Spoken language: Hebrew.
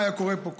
מה היה קורה פה?